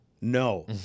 No